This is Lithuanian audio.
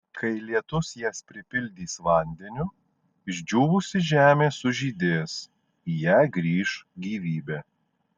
kai lietus jas pripildys vandeniu išdžiūvusi žemė sužydės į ją grįš gyvybė